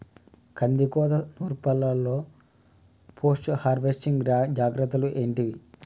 కందికోత నుర్పిల్లలో post harvesting జాగ్రత్తలు ఏంటివి?